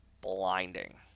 blinding